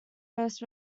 first